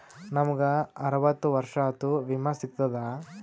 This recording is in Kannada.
ನಮ್ ಗ ಅರವತ್ತ ವರ್ಷಾತು ವಿಮಾ ಸಿಗ್ತದಾ?